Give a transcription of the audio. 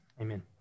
Amen